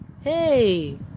hey